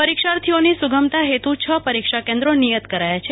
પરીક્ષાર્થીઓની સુગમતા હેતુ છ પરીક્ષા કેન્દ્રો નિયત કરાયા છે